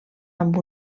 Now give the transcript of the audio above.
amb